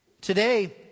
Today